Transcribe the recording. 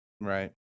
Right